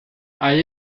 hay